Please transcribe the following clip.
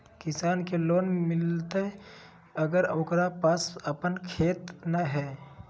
किसान के लोन मिलताय अगर ओकरा पास अपन खेत नय है?